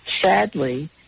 Sadly